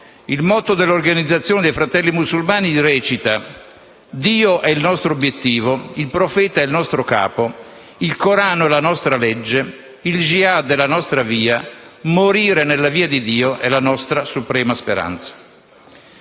il motto dell'organizzazione dei Fratelli Musulmani recita: «Dio è il nostro obiettivo. Il profeta è il nostro capo. Il Corano è la nostra legge. Il *jihad* è la nostra via. Morire nella via di Dio è la nostra suprema speranza».